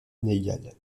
inégale